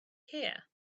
here